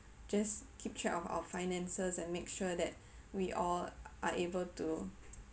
just keep track of our finances and make sure that we all are able to